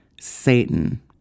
Satan